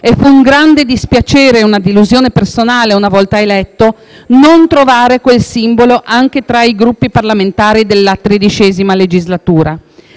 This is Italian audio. Fu un grande dispiacere e una delusione personale, una volta eletto, non trovare quel simbolo anche tra i Gruppi parlamentari della XIII legislatura.